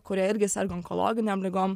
kurie irgi serga onkologinėm ligom